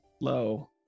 Low